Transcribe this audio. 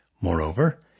Moreover